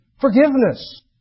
Forgiveness